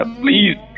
please